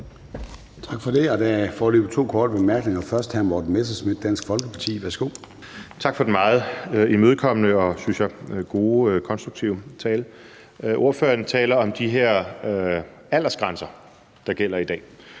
Tak for det. Der er foreløbig to, der har korte bemærkninger. Først er det hr. Morten Messerschmidt, Dansk Folkeparti. Værsgo. Kl. 16:38 Morten Messerschmidt (DF): Tak for den meget imødekommende og, synes jeg, gode, konstruktive tale. Ordføreren taler om de her aldersgrænser, der gælder i dag.